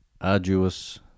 arduous